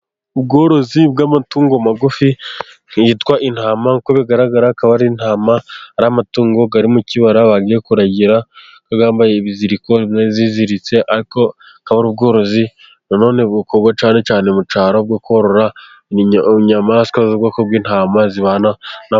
Ubworozi bw'amatungo magufi yitwa intama. Uko bigaragara akaba ari intama, ari amatungo ari mu kibara bagiye kuragira. Akaba yambaye ibiziriko, zimwe ziziritse ariko akaba ari ubworozi bukorwa cyane cyane mu cyaro, bwo korora inyamaswa z'ubwoko bw'intama zibana n'abantu.